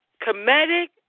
Comedic